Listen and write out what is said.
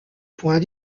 point